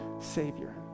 savior